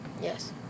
Yes